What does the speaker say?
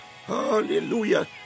Hallelujah